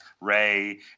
Ray